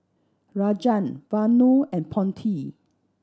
Rajan Vanu and Potti